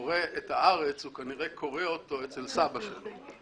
קורא את הארץ, הוא כנראה קורא אותו אצל סבא שלו.